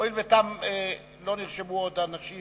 הואיל ולא נרשמו עוד אנשים